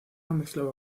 mezclaba